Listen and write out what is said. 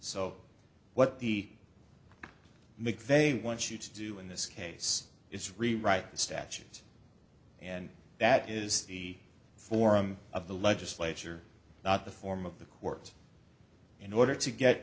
so what the mcveigh wants you to do in this case is rewrite the statute and that is the forum of the legislature not the form of the courts in order to get